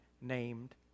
named